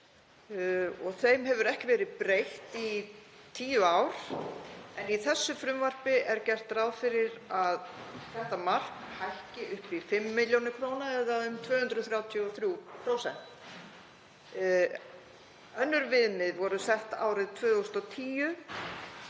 og þeim hefur ekki verið breytt í tíu ár. En í þessu frumvarpi er gert ráð fyrir að þetta mark hækki upp í 5 millj. kr. eða um 233%. Önnur viðmið voru sett árið 2010